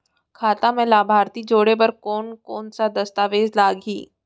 खाता म लाभार्थी जोड़े बर कोन कोन स दस्तावेज लागही?